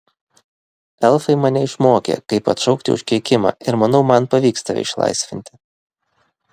elfai mane išmokė kaip atšaukti užkeikimą ir manau man pavyks tave išlaisvinti